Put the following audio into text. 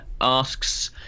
asks